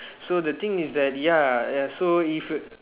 so the thing is that ya uh so if you